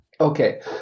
Okay